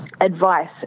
advice